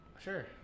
Sure